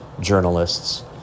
journalists